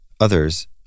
Others